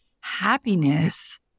happiness